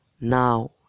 now